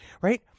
right